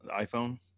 iPhone